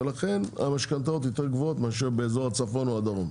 ולכן המשכנתאות יותר גבוהות מאשר באזור הצפון או הדרום.